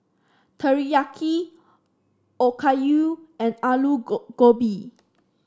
Teriyaki Okayu and Alu Gobi